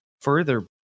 further